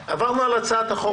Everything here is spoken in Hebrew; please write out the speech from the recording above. עברנו על הצעת החוק.